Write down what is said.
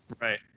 Right